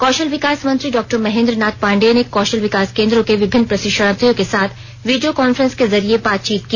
कौशल विकास मंत्री डॉक्टर महेंद्र नाथ पांडेय ने कौशल विकास केंद्रों के विभिन्न प्रशिक्षणार्थियों के साथ वीडियो कांफ्रेंस के जरिए बातचीत की